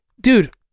Dude